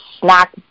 snack